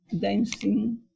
dancing